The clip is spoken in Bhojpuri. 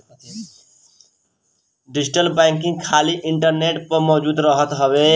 डिजिटल बैंकिंग खाली इंटरनेट पअ मौजूद रहत हवे